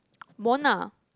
Mona